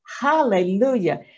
Hallelujah